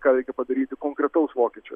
ką reikia padaryti konkretaus vokiečio